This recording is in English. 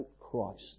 Christ